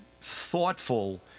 thoughtful